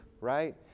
right